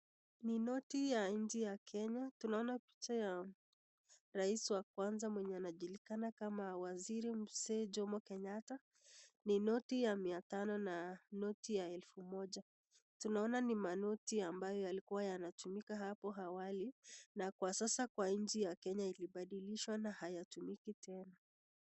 Ni noti ya nchi ya Kenya tunaona picha ya raisi ya Kwanza mwenye anajulikana kama wasiru Mzee jomo Kenyatta ni noti ya mia tano na noti ya elfu moja tunaona ni manoti ambayo yalikuwa yanatumikwa hap awali na Kwa sasa Kwa nchi ya Kenya ilipadilishwa na hayatumiki tena.